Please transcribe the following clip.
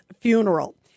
funeral